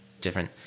different